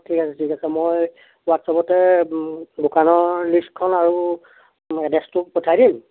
ঠিক আছে ঠিক আছে মই হোৱাটচআপতে দোকানৰ লিষ্টখন আৰু এড্ৰেছটো পঠাই দিম